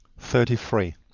thirty three.